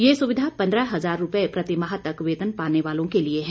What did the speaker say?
यह सुविधा पन्द्रह हजार रुपए प्रतिमाह तक वेतन पाने वालों के लिए है